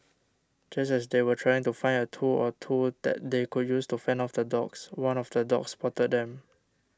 just as they were trying to find a tool or two that they could use to fend off the dogs one of the dogs spotted them